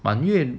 满月